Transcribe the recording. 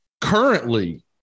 currently